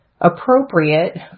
appropriate